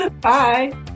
Bye